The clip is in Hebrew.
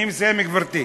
אני מסיים, גברתי.